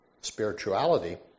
spirituality